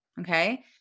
Okay